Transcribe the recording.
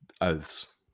oaths